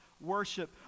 worship